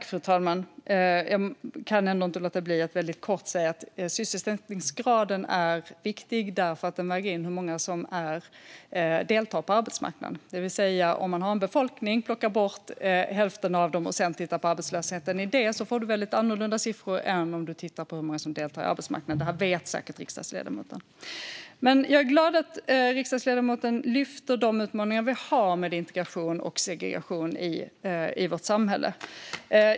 Fru talman! Jag kan inte låta bli att kort säga att sysselsättningsgraden är viktig därför att den väger in hur många som deltar på arbetsmarknaden. Det vill säga att om man plockar bort hälften av en befolkning och sedan tittar på arbetslösheten i det får man väldigt annorlunda siffror än om man tittar på hur många som deltar på arbetsmarknaden. Det här vet säkert riksdagsledamoten. Jag är glad att riksdagsledamoten lyfter fram de utmaningar vi har med integration och segregation i vårt samhälle.